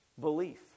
belief